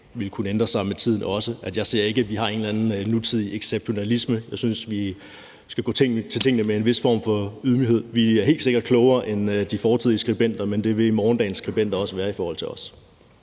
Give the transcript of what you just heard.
vil kunne ændre sig med tiden. Jeg ser ikke sådan på det, at vi har en eller anden nutidig exceptionalisme. Jeg synes, vi skal gå til tingene med en vis form for ydmyghed. Vi er helt sikkert klogere end de fortidige skribenter, men det vil morgendagens skribenter også være i forhold til os.